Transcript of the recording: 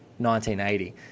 1980